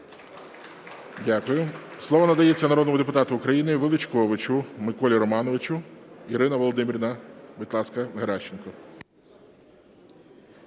Дякую. Слово надається народному депутату України Величковичу Миколі Романовичу. Ірина Володимирівна, будь ласка, Геращенко.